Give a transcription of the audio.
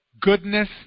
goodness